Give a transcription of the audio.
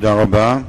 תודה רבה.